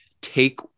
take